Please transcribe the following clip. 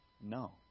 no